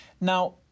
Now